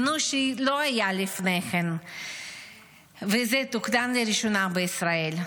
מינוי שלא היה לפני כן ותוקנן לראשונה בישראל.